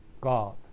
God